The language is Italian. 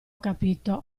capito